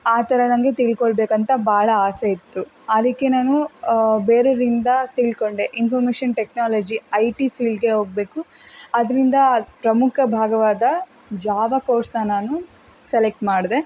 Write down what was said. ಆ ಥರ ನನಗೆ ತಿಳ್ಕೋಳ್ಬೇಕು ಅಂತ ಭಾಳ ಆಸೆ ಇತ್ತು ಅದಕ್ಕೆ ನಾನು ಬೇರೆವ್ರಿಂದ ತಿಳ್ಕೊಂಡೆ ಇನ್ಫಾರ್ಮೇಶನ್ ಟೆಕ್ನಾಲಜಿ ಐ ಟಿ ಫೀಲ್ಡ್ಗೆ ಹೋಗಬೇಕು ಅದರಿಂದ ಪ್ರಮುಖ ಭಾಗವಾದ ಜಾವ ಕೋರ್ಸನ್ನ ನಾನು ಸೆಲೆಕ್ಟ್ ಮಾಡಿದೆ